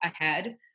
ahead